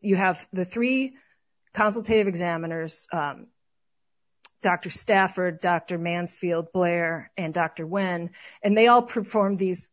you have the three consultation examiners dr stafford dr mansfield blair and dr when and they all perform these